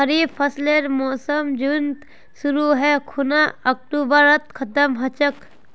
खरीफ फसलेर मोसम जुनत शुरु है खूना अक्टूबरत खत्म ह छेक